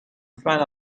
front